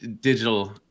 digital